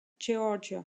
georgia